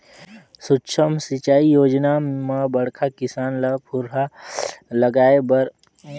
सुक्ष्म सिंचई योजना म बड़खा किसान ल फुहरा लगाए बर पचास परतिसत के छूट सरकार कति ले मिलथे